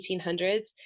1800s